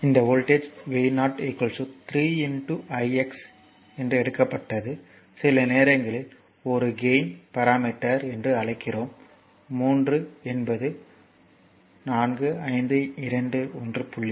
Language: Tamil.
இந்த வோல்ட்டேஜ் V0 3 ix எடுக்கப்பட்டது சில நேரங்களில் ஒரு கேயின் பாராமீட்டர் என்று அழைக்கிறோம் 3 என்பது 4 5 2 1